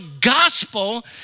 gospel